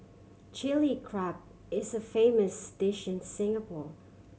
Chilli Crab is a famous dish in Singapore